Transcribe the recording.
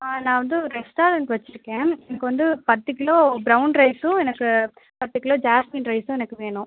நான் வந்து ஒரு ரெஸ்ட்டாரண்ட் வைச்சுருக்கேன் எனக்கு வந்து பத்து கிலோ பிரௌன் ரைஸும் எனக்கு பத்து கிலோ ஜாஸ்மின் ரைஸும் எனக்கு வேணும்